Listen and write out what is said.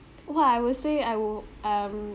what I will say I will um